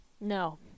No